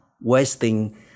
wasting